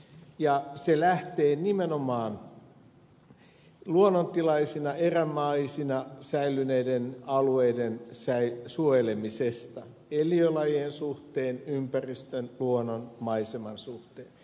se lähtee nimenomaan luonnontilaisina erämaisina säilyneiden alueiden suojelemisesta eliölajien suhteen ympäristön luonnon maiseman suhteen